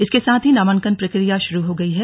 इसके साथ ही नामांकन प्रक्रिया शुरू हो गई है